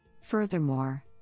Furthermore